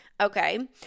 Okay